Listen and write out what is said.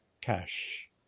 cash